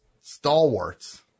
stalwarts